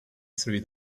through